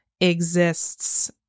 exists